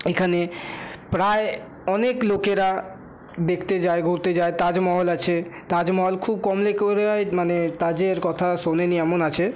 এখানে প্রায় অনেক লোকেরা দেখতে যায় ঘুরতে যায় তাজমহল আছে তাজমহল খুব কম লোকেরাই মানে তাজের কথা শোনেনি এমন আছে